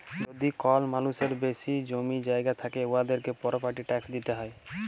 যদি কল মালুসের বেশি জমি জায়গা থ্যাকে উয়াদেরকে পরপার্টি ট্যাকস দিতে হ্যয়